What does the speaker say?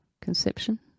conception